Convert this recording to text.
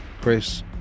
Chris